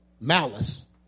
malice